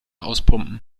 auspumpen